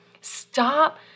Stop